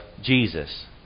Jesus